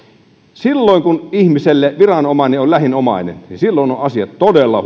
silloin kun ihmiselle viranomainen on lähin omainen silloin ovat asiat todella